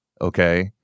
Okay